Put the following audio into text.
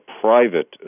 private